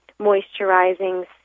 moisturizing